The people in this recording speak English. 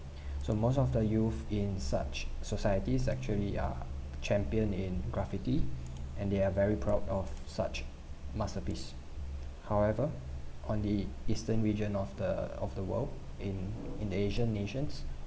so most of the youth in such societies actually are champion in graffiti and they are very proud of such masterpiece however on the eastern region of the of the world in in the asian nations